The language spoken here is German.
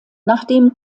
nachdem